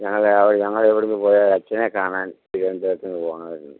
ഞങ്ങൾ ഞങ്ങൾ ഇവിടുന്ന് പോയ അച്ഛനെ കാണാൻ തിരുവനന്തപുരത്തിന് പോണവായിരുന്നു